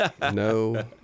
no